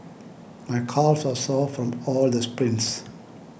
my calves are sore from all the sprints